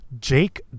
Jake